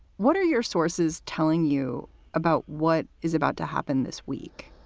what are your sources telling you about what is about to happen this week?